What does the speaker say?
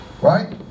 Right